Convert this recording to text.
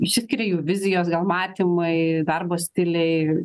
išsiskiria jų vizijos gal matymai darbo stiliai